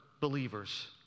believers